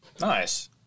Nice